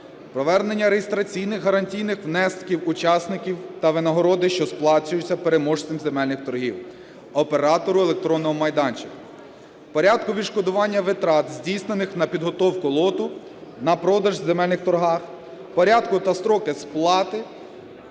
повернення реєстраційних гарантійних внесків учасників та винагороди, що сплачуються переможцем земельних торгів оператору електронного майданчику; порядку відшкодування витрат, здійснених на підготовку лоту на продаж в земельних торгах; порядку та строки сплати